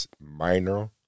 minor